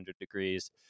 degrees